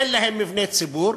אין להם מבני ציבור,